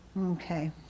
Okay